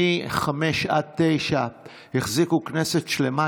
מ-05:00 עד 09:00 החזיקו כנסת שלמה,